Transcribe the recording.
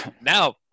Now